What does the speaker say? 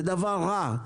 זה דבר רע.